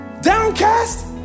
downcast